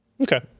Okay